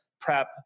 PrEP